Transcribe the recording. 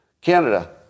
Canada